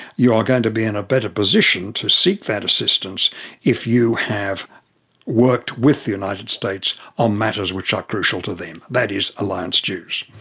you are going to be in a better position to seek that assistance if you have worked with the united states on matters which are crucial to them. that is alliance dues.